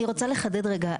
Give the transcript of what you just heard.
רגע, אני רוצה לחדד רגע.